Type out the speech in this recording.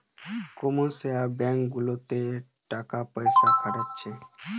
commercial bank গুলাতে লোকরা টাকা পয়সা খাটাচ্ছে